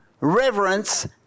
reverence